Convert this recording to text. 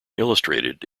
illustrated